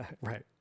right